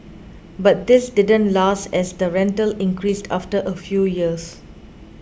but this didn't last as the rental increased after a few years